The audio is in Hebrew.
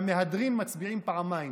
והמהדרים מצביעים פעמיים,